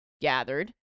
gathered